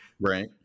Right